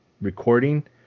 recording